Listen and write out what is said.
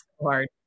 hard